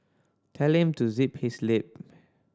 tell him to zip his lip